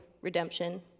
redemption